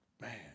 man